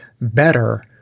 better